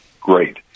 great